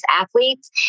athletes